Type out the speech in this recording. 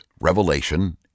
revelation